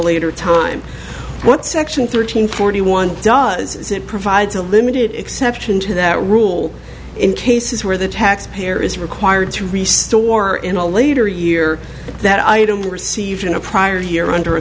later time what section thirteen forty one does it provides a limited exception to that rule in in cases where the taxpayer is required to war in a later year that item received in a prior year under a